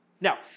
Now